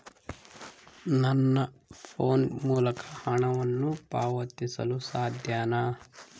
ನನ್ನ ಫೋನ್ ಮೂಲಕ ಹಣವನ್ನು ಪಾವತಿಸಲು ಸಾಧ್ಯನಾ?